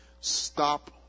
Stop